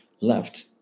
left